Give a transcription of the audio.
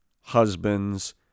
husbands